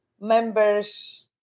members